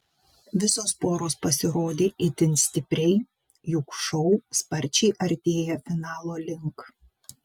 visos poros pasirodė itin stipriai juk šou sparčiai artėja finalo link